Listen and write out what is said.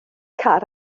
car